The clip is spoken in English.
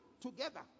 together